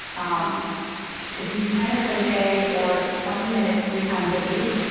um if you do ten minutes every day or twenty minutes three times a week,